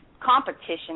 competition